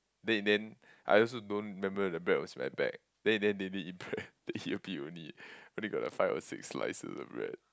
then in the end I also don't remember the bread was in my bag then in the end they didn't eat bread they eat a bit only only got a five or six slices of bread